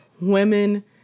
women